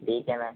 ठीक है मैं